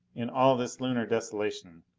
in all this lunar desolation,